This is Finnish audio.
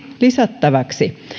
lisättäväksi